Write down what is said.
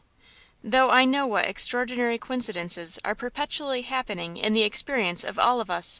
though i know what extraordinary coincidences are perpetually happening in the experience of all of us,